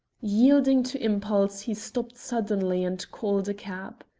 yielding to impulse he stopped suddenly and called a cab.